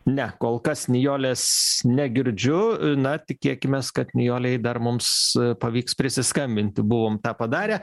ne kol kas nijolės negirdžiu na tikėkimės kad nijolei dar mums pavyks prisiskambinti buvom tą padarę